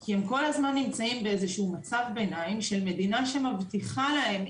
כי הם כל הזמן נמצאים באיזשהו מצב ביניים של מדינה שמבטיחה להם,